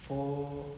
for